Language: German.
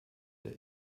der